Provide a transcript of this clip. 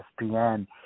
ESPN